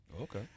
Okay